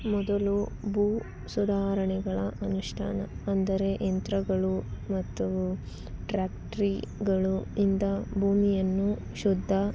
ಮೊದಲು ಭೂ ಸುಧಾರಣೆಗಳ ಅನುಷ್ಠಾನ ಎಂದರೆ ಯಂತ್ರಗಳು ಮತ್ತು ಟ್ರ್ಯಾಕ್ಟ್ರೀಗಳು ಇಂದ ಭೂಮಿಯನ್ನು ಶುದ್ಧ